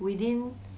within